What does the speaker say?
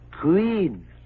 queen